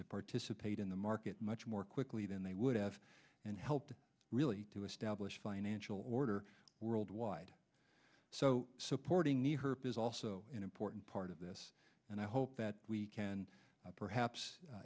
to participate in the market much more quickly than they would have and helped really to establish financial order worldwide so supporting the herb is also an important part of this and i hope that we can perhaps